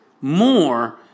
more